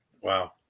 Wow